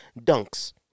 dunks